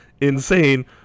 insane